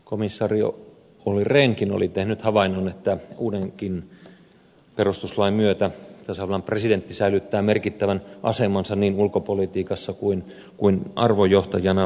komissaari olli rehnkin oli tehnyt havainnon että uudenkin perustuslain myötä tasavallan presidentti säilyttää merkittävän asemansa niin ulkopolitiikassa kuin arvojohtajana